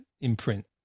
imprint